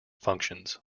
functions